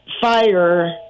fire